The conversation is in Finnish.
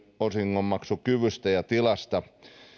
osingonmaksukyvystä ja tilasta